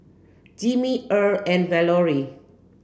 Jimmie Erle and Valorie